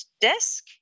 desk